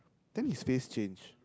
then his face changed